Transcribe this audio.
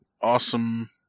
awesome